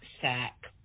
sack